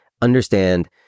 understand